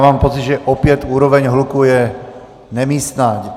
Mám pocit, že opět úroveň hluku je nemístná.